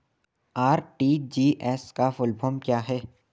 RTGS का full form क्या है?